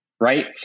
right